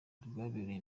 rwabereye